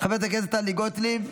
חברת הכנסת טלי גוטליב,